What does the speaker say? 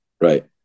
Right